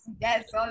Yes